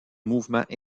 mouvements